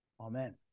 Amen